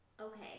Okay